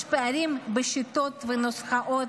יש פערים בשיטות ונוסחאות,